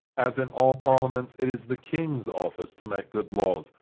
as in all parliaments it is the king's office to make good laws,